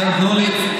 דרך אגב,